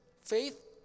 faith